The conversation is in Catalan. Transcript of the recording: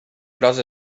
gros